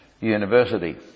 University